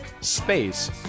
space